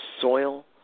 soil